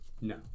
No